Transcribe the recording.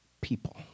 people